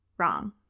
wrong